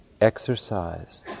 Exercise